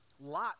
lot